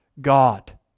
God